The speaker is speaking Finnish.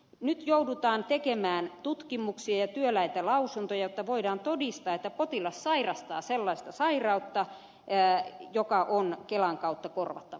nyt joudutaan tekemään tutkimuksia ja työläitä lausuntoja jotta voidaan todistaa että potilas sairastaa sellaista sairautta joka on kelan kautta korvattava